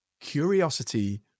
curiosity